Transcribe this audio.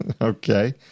Okay